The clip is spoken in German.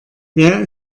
wer